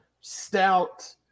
stout